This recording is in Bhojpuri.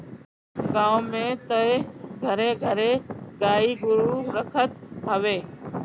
गांव में तअ घरे घरे गाई गोरु रखत हवे